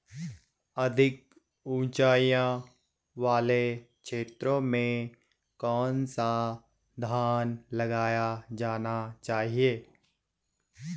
अधिक उँचाई वाले क्षेत्रों में कौन सा धान लगाया जाना चाहिए?